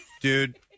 Dude